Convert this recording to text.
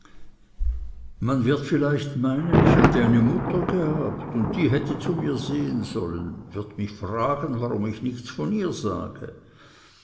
man wird vielleicht meinen ich hätte eine mutter gehabt und die hätte zu mir sehen sollen wird mich fragen warum ich nichts von ihr sage